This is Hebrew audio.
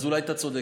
אז אולי אתה צודק.